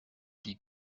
die